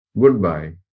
goodbye